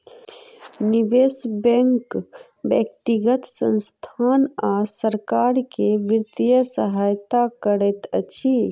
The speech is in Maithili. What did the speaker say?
निवेश बैंक व्यक्तिगत संसथान आ सरकार के वित्तीय सहायता करैत अछि